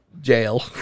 Jail